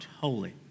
holy